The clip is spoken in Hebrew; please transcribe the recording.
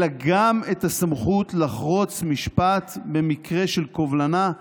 אלא גם הסמכות לחרוץ משפט, במקרה של קובלנה,